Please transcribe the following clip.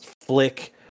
Flick